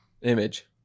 Image